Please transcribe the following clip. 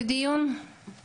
אנחנו